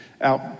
out